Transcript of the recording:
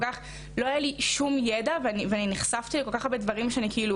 לא היה לי שום ידע ונחשפתי לכל כך הרבה דברים שכאילו